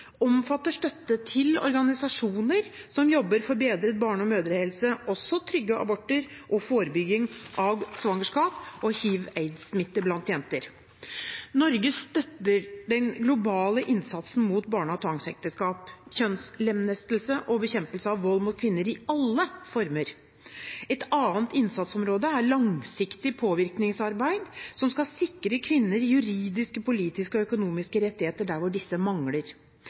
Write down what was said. omfatter støtte til organisasjoner som jobber for bedret barne- og mødrehelse, også trygge aborter og forebygging av svangerskap og hiv-/aidssmitte blant jenter. Norge støtter den globale innsatsen mot barne- og tvangsekteskap og kjønnslemlestelse og bekjempelse av vold mot kvinner i alle former. Et annet innsatsområde er langsiktig påvirkningsarbeid som skal sikre kvinner juridiske, politiske og økonomiske rettigheter der hvor disse mangler.